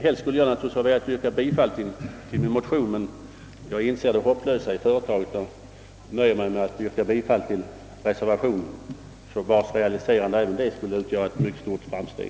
Helst skulle jag naturligtvis velat yrka bifall till min motion, men jag inser det hopplösa i företaget och nöjer mig därför med att yrka bifall till reservationen. Ett realiserande av dess förslag skulle också innebära ett mycket stort framsteg.